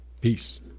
Peace